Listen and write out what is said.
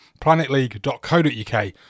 planetleague.co.uk